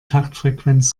taktfrequenz